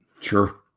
sure